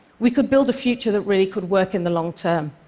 we could build a future that really could work in the long term.